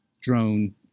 drone